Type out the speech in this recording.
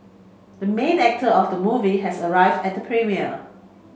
the main actor of the movie has arrived at premiere